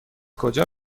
کجا